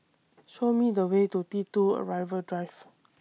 Show Me The Way to T two Arrival Drive